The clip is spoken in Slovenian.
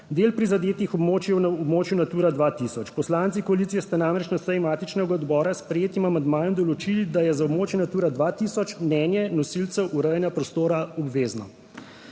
Del prizadetih območij je na območju Natura 2000. Poslanci koalicije ste namreč na seji matičnega odbora s sprejetim amandmajem določili, da je za območje Natura 2000 mnenje nosilcev urejanja prostora obvezno.